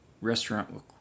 restaurant